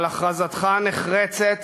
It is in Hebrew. על הכרזתך הנחרצת